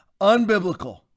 unbiblical